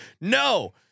No